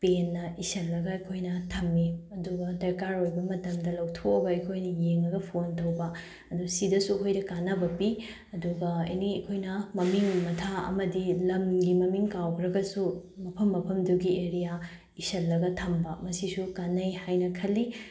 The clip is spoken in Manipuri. ꯄꯦꯟꯅ ꯏꯁꯤꯜꯂꯒ ꯑꯩꯈꯣꯏꯅ ꯊꯝꯃꯤ ꯑꯗꯨꯒ ꯗꯔꯀꯥꯔ ꯑꯣꯏꯕ ꯃꯇꯝꯗ ꯂꯧꯊꯣꯛꯑꯒ ꯑꯩꯈꯣꯏꯅ ꯌꯦꯡꯉꯒ ꯐꯣꯟ ꯇꯧꯕ ꯑꯗꯨ ꯁꯤꯗꯁꯨ ꯑꯩꯈꯣꯏꯗ ꯀꯥꯟꯅꯕ ꯄꯤ ꯑꯗꯨꯒ ꯑꯦꯅꯤ ꯑꯩꯈꯣꯏꯅ ꯃꯃꯤꯡ ꯃꯊꯥ ꯑꯃꯗꯤ ꯂꯝꯒꯤ ꯃꯃꯤꯡ ꯀꯥꯎꯈ꯭ꯔꯒꯁꯨ ꯃꯐꯝ ꯃꯐꯝꯗꯨꯒꯤ ꯑꯦꯔꯤꯌꯥ ꯏꯁꯤꯜꯂꯒ ꯊꯝꯕ ꯃꯁꯤꯁꯨ ꯀꯥꯟꯅꯩ ꯍꯥꯏꯅ ꯈꯜꯂꯤ